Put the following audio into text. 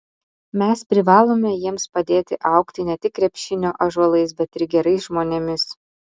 mes privalome jiems padėti augti ne tik krepšinio ąžuolais bet ir gerais žmonėmis